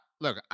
look